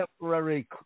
temporary